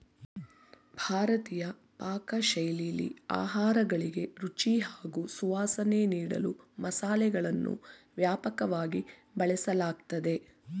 ಭಾರತೀಯ ಪಾಕಶೈಲಿಲಿ ಆಹಾರಗಳಿಗೆ ರುಚಿ ಹಾಗೂ ಸುವಾಸನೆ ನೀಡಲು ಮಸಾಲೆಗಳನ್ನು ವ್ಯಾಪಕವಾಗಿ ಬಳಸಲಾಗ್ತದೆ